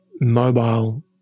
mobile